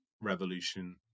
revolution